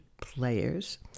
Players